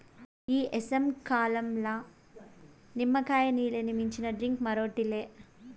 ఈ ఏసంకాలంల నిమ్మకాయ నీల్లని మించిన డ్రింక్ మరోటి లే